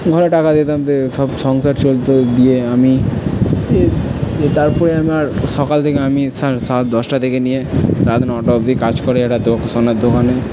ঘরে টাকা দিতাম দিয়ে সব সংসার চলত দিয়ে আমি দিয়ে দিয়ে তার পরে আমার সকাল থেকে আমি সাত দশটা থেকে নিয়ে রাত নটা অবধি কাজ করে এরা তো সোনার দোকানে